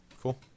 Cool